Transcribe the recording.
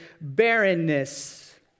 barrenness